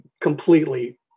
completely